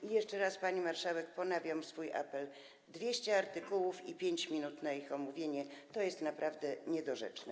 I jeszcze raz, pani marszałek, ponawiam swój apel: 200 artykułów i 5 minut na ich omówienie to jest naprawdę niedorzeczne.